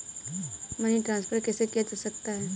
Money transfer कैसे किया जा सकता है?